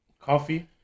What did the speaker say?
Coffee